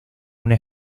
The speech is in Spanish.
una